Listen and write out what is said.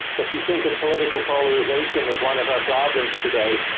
if you think of political polarization as one of our problems today,